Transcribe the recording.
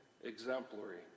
exemplary